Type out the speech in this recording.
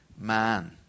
man